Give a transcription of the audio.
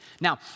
Now